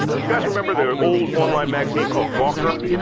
you guys remember the old online magazine called gawker?